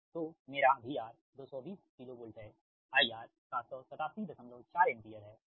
तो मेरा VR 220 KV है IR 7874 एम्पियर है ठीक